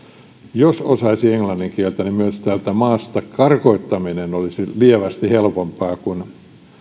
jos osaisi englannin kieltä niin myös maasta karkottaminen olisi lievästi helpompaa kun